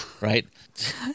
right